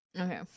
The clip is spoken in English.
Okay